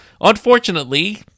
unfortunately